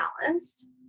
balanced